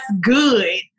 good